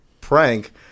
prank